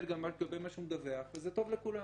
וגם כלפי מה שהוא מדווח וזה טוב לכולם.